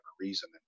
reason